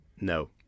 no